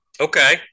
Okay